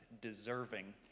deserving